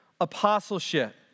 apostleship